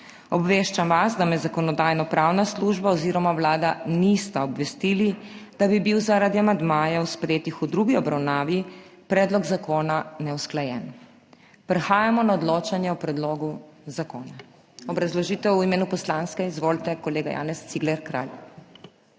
Obveščam vas, da me Zakonodajno-pravna služba oziroma Vlada nista obvestili, da bi bil zaradi amandmajev, sprejetih v drugi obravnavi, predlog zakona neusklajen. Prehajamo na odločanje o predlogu zakona. Obrazložitev v imenu poslanske. Izvolite, kolega Janez Cigler Kralj.